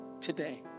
today